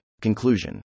Conclusion